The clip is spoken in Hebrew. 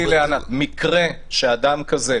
לענת שמקרה של אדם כזה,